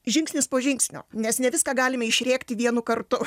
žingsnis po žingsnio nes ne viską galime išrėkti vienu kartu